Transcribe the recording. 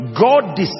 God